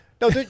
No